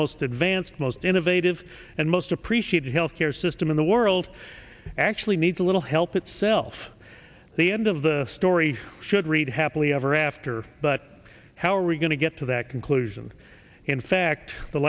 most advanced most innovative and most appreciated health care system in the world actually needs a little help itself the end of the story should read happily ever after but how are we going to get to that conclusion in fact the